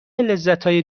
لذتهای